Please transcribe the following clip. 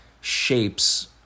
shapes